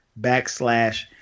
backslash